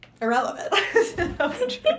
irrelevant